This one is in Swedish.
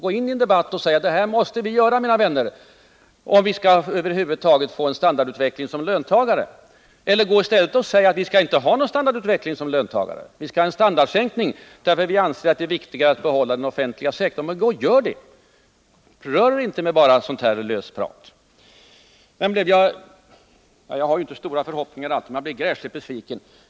Gå in i debatten och säg: Det här måste vi göra, mina vänner, om över huvud taget skall få någon standardutveckling som löntagare. Eller säg i stället: Vi skall inte ha någon standardutveckling för löntagare utan en standardsänkning, därför att vi anser att det är viktigare att behålla den offentliga sektorn. Gör det och rör er inte bara med löst prat! Sedan blev jag gräsligt besviken — även om jag inte alltid har så stora förhoppningar.